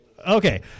Okay